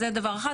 זה דבר אחד,